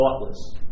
thoughtless